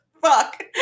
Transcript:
fuck